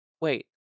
Wait